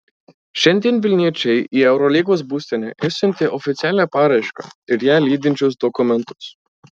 šiandien vilniečiai į eurolygos būstinę išsiuntė oficialią paraišką ir ją lydinčius dokumentus